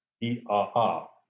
E-R-R